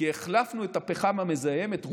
כי החלפנו את הפחם המזהם, את רובו,